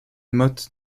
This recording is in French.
motte